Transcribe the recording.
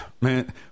man